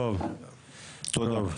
תודה.